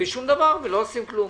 ולא עושים כלום.